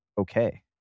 okay